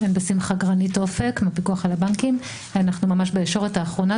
אנחנו ממש בישורת האחרונה.